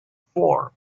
four